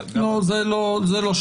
לא, את זה לא שמעת.